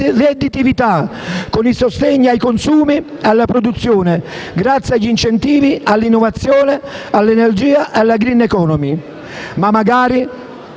redditività, con il sostegno ai consumi e alla produzione grazie agli incentivi all'innovazione, all'energia e alla *green economy*. Tuttavia,